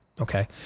okay